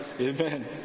Amen